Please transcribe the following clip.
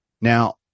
Now